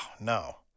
no